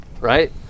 Right